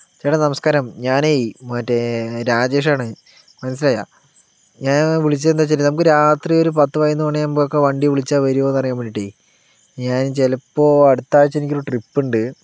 ചേട്ടാ നമസ്കാരം ഞാനേ മറ്റെ രാജേഷാണ് മനസ്സിലായോ ഞാൻ വിളിച്ചത് എന്താണെന്ന് വെച്ചാൽ നമുക്ക് രാത്രി ഒരു പത്ത് പതിനൊന്ന് മണിയാവുമ്പോൾ ഒക്കെ വണ്ടി വിളിച്ചാൽ വരുമോയെന്ന് അറിയാൻ വേണ്ടീട്ടാ ഞാൻ ചിലപ്പോൾ അടുത്താഴ്ച എനിക്കൊരു ട്രിപ്പുണ്ട്